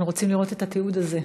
אנחנו רוצים לראות את התיעוד הזה.